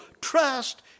trust